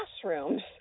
classrooms